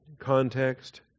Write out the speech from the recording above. context